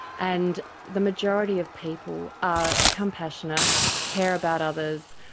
and the majority of people are compassionate, care about others,